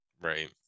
Right